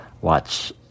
watch